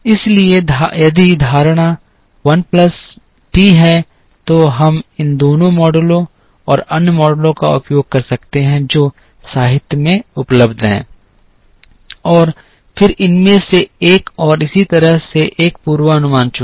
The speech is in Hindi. इसी तरह यदि धारणा l प्लस t है तो हम इन दोनों मॉडलों और अन्य मॉडलों का उपयोग कर सकते हैं जो साहित्य में उपलब्ध हैं और फिर इनमें से एक और इसी तरह से एक पूर्वानुमान चुना